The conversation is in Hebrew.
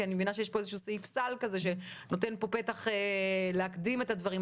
כי אני מבינה שיש פה מין סעיף סל שנותן פתח להקדים את הדברים.